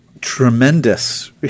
tremendous